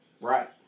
Right